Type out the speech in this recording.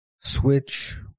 switch